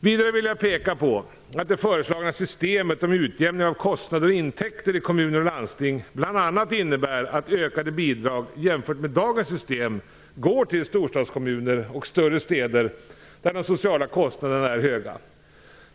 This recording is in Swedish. Vidare vill jag peka på att det föreslagna systemet om utjämning av kostnader och intäkter i kommuner och landsting bl.a. innebär att ökade bidrag, jämfört med dagens system, går till storstadskommuner och större städer där de sociala kostnaderna är höga.